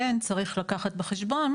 כן צריך לקחת בחשבון,